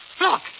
look